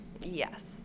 Yes